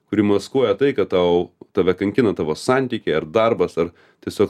kuri maskuoja tai kad tau tave kankina tavo santykiai ar darbas ar tiesiog